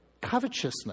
covetousness